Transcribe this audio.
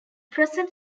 present